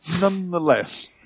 nonetheless